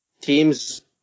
teams